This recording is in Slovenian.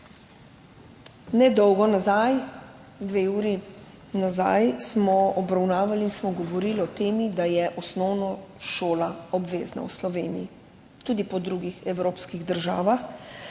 Nedolgo nazaj, dve uri nazaj smo obravnavali in smo govorili o tem, da je osnovna šola obvezna v Sloveniji, tudi po drugih evropskih državah.